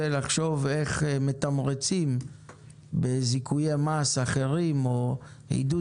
ולחשוב איך מתמרצים בזיכויי מס אחרים או עידוד